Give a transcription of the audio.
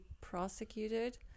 prosecuted